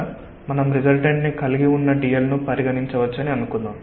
x y వద్ద మనం resultant ని కలిగి ఉన్న dl ను పరిగణించవచ్చని అనుకుందాం